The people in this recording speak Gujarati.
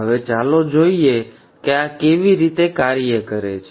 હવે ચાલો જોઈએ કે આ કેવી રીતે કાર્ય કરે છે